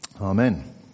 Amen